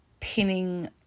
pinning